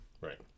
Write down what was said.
Right